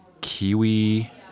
kiwi